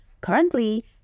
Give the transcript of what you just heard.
Currently